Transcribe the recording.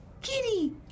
Kitty